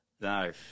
no